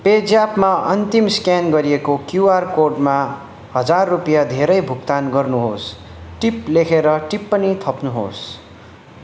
pay ज्यापमा अन्तिम scan गरिएको क्युआर कोडमा हजार रुपियाँ धेरै भुक्तान गर्नुहोस् टिप लेखेर टिप्पणी थप्नुहोस्